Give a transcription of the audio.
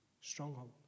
Stronghold